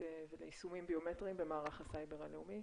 וליישומים ביומטריים במערך הסייבר הלאומי.